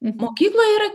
mokykloje yra